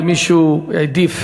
ומישהו העדיף